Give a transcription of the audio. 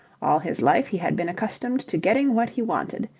all his life he had been accustomed to getting what he wanted,